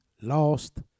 lost